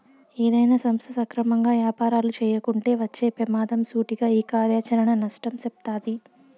ఏదైనా సంస్థ సక్రమంగా యాపారాలు చేయకుంటే వచ్చే పెమాదం సూటిగా ఈ కార్యాచరణ నష్టం సెప్తాది